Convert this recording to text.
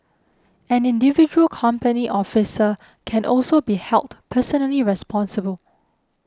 an individual company officer can also be held personally responsible